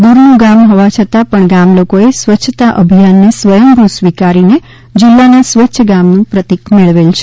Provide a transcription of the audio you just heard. દૂરનું ગામ હોવા છતાં પણ ગામ લોકોએ સ્વચ્છતા અભિયાનને સ્વચંભુ સ્વીકારીને જિલ્લાનું સ્વચ્છ ગામનું પ્રતીક મેળવેલ છે